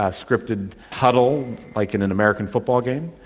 ah scripted huddle, like in an american football game.